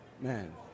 Man